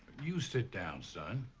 you sit down, son.